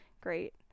great